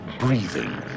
Breathing